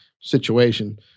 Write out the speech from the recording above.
situation